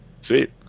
sweet